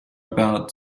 about